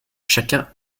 chacun